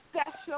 special